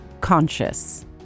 conscious